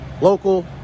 local